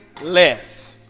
less